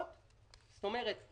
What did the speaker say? התנהלו פה דיונים.